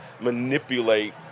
manipulate